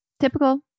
Typical